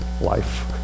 life